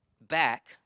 back